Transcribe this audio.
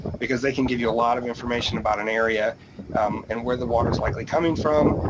because they can give you a lot of information about an area and where the water is likely coming from,